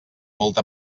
molta